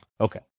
Okay